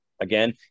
Again